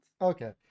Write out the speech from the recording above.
Okay